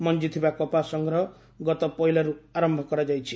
ମଞ୍ଜିଥିବା କପା ସଂଗ୍ରହ ଗତ ପହିଲାରୁ ଆରମ୍ଭ କରାଯାଇଛି